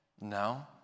No